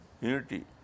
unity